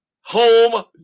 Home